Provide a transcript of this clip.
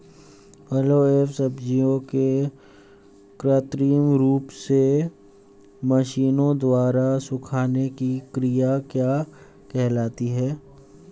फलों एवं सब्जियों के कृत्रिम रूप से मशीनों द्वारा सुखाने की क्रिया क्या कहलाती है?